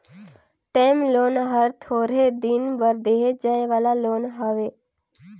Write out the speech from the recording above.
term loan हर थोरहें दिन बर देहे जाए वाला लोन हवे